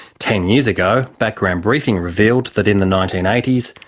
ten years ago, background briefing revealed that in the nineteen eighty s,